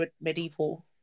medieval